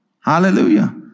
Hallelujah